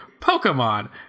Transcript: pokemon